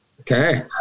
Okay